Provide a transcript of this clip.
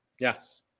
Yes